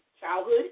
childhood